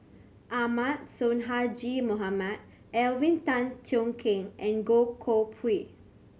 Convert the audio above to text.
Ahmad Sonhadji Mohamad Alvin Tan Cheong Kheng and Goh Koh Pui